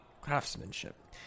craftsmanship